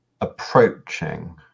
approaching